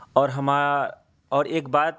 اور ہاں اور ایک بات